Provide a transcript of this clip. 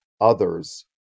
others